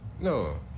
No